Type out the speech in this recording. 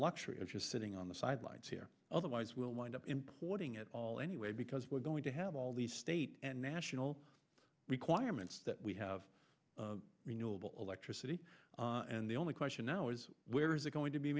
luxury of sitting on the sidelines here otherwise we'll wind up importing it all anyway because we're going to have all the state and national requirements that we have renewable electricity and the only question now is where is it going to be